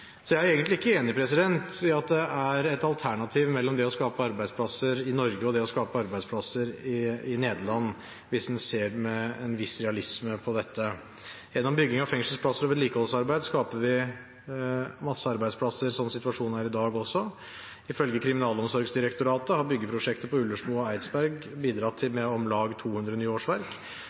Så jeg er egentlig ikke enig i at alternativet står mellom det å skape arbeidsplasser i Norge og det å skape arbeidsplasser i Nederland, hvis en ser med en viss realisme på dette. Gjennom bygging av fengselsplasser og vedlikeholdsarbeid skaper vi masse arbeidsplasser slik situasjonen er i dag. Ifølge Kriminalomsorgsdirektoratet har byggeprosjektet på Ullersmo og Eidsberg bidratt med om lag 200 nye årsverk.